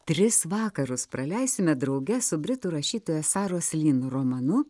tris vakarus praleisime drauge su britų rašytojos saros lyn romanu